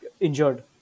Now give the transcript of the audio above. injured